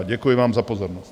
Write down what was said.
Děkuji vám za pozornost.